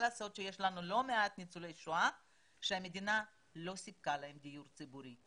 מה לעשות שיש לנו לא מעט ניצולי שואה שהמדינה לא סיפקה להם דיור ציבורי.